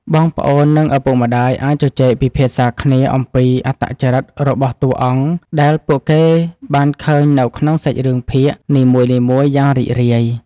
បងប្អូននិងឪពុកម្ដាយអាចជជែកពិភាក្សាគ្នាអំពីអត្តចរិតរបស់តួអង្គដែលពួកគេបានឃើញនៅក្នុងសាច់រឿងភាគនីមួយៗយ៉ាងរីករាយ។